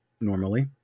normally